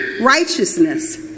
righteousness